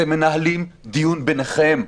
אתם מנהלים דיון ביניכם,